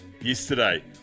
yesterday